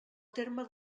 terme